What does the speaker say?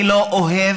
אני לא אוהב,